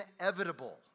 inevitable